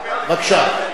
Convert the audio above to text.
בבקשה,